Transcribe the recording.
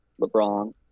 LeBron